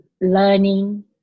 learning